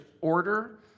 order